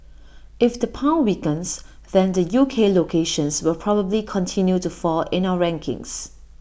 if the pound weakens then the U K locations will probably continue to fall in our rankings